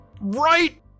Right